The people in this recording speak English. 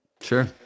sure